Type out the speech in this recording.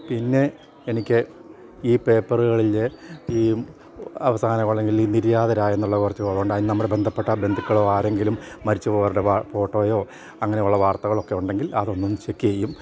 പിന്നെ എനിക്ക് ഈ പേപ്പറുകളിലെ ഈ അവസാന കോളം അല്ലെങ്കിൽ ഈ നിര്യാതരായ എന്നുള്ള കുറച്ചു കോളമുണ്ട് അതിൽ നമ്മുടെ ബന്ധപ്പെട്ട ബന്ധുക്കളോ ആരെങ്കിലും മരിച്ച് പോയവരുടെ ഫോട്ടോയോ അങ്ങനെയുള്ള വാർത്തകളൊക്കെ ഉണ്ടെങ്കിൽ അതൊന്ന് ചെക്ക് ചെയ്യും